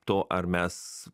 to ar mes